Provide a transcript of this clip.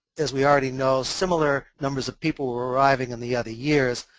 as we already know, similar numbers of people were arriving in the early years,